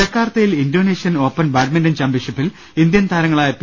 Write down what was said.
ജക്കാർത്തയിൽ Indonesian open badminton ചാമ്പ്യൻഷി പ്പിൽ Indian താരങ്ങളായ പി